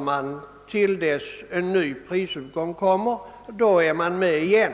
man väntar tills en ny prisuppgång inträder; då är man med igen.